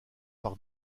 par